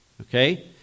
okay